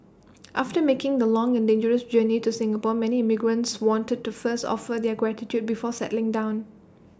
after making the long and dangerous journey to Singapore many immigrants wanted to first offer their gratitude before settling down